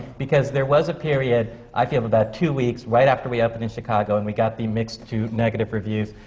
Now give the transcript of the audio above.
because there was a period, i feel, of about two weeks, right after we opened in chicago and we got the mixed to negative reviews,